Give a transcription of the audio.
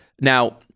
Now